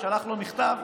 שלח לו מכתב,